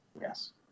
Yes